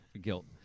Guilt